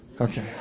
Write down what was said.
Okay